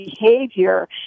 behavior